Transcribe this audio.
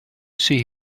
see